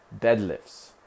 deadlifts